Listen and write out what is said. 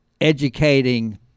educating